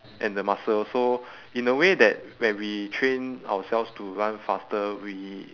and the muscles so in a way that when we train ourselves to run faster we